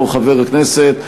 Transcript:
שר או חבר הכנסת,